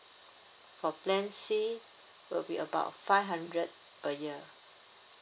for plan C will be about five hundred per year